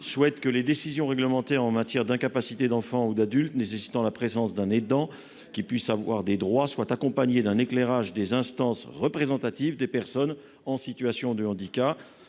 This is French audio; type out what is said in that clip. souhaitent que les décisions réglementaires en matière d'incapacité d'enfant ou d'adulte nécessitant la présence d'un aidant qui puisse avoir des droits soient accompagnées d'un éclairage des instances représentatives des personnes en situation de handicap.